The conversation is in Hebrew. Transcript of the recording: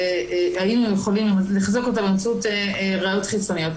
האם הם יכולים לחזק אותו באמצעות ראיות חיצוניות.